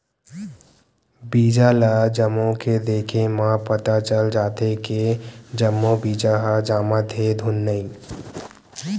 बीजा ल जमो के देखे म पता चल जाथे के जम्मो बीजा ह जामत हे धुन नइ